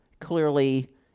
clearly